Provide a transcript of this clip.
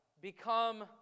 become